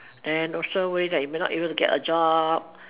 then also worry that you may not able to get a job